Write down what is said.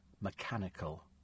mechanical